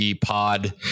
pod